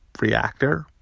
reactor